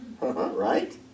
Right